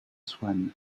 swann